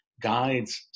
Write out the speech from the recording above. guides